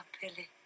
Billy